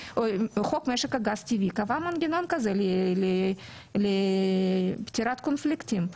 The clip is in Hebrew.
חוק משק הגז הטבעי קבע מנגנון כזה לפתירת קונפליקטים.